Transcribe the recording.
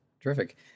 terrific